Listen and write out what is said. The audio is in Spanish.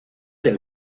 del